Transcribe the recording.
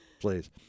Please